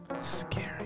scary